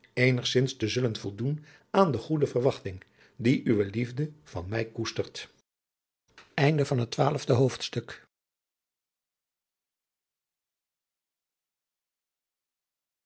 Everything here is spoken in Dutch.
eenigzins te zullen voldoen aan de te goede verwachting die uwe liefde van mij koestert